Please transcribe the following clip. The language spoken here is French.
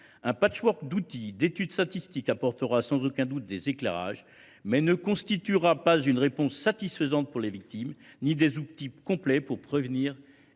Un patchwork d’études statistiques apportera sans aucun doute des éclairages, mais ne constituera ni une réponse satisfaisante pour les victimes ni un outil complet pour prévenir